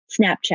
Snapchat